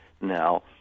now